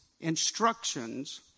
instructions